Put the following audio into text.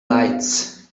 lights